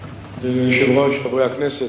היושב-ראש, חברי הכנסת,